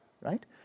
right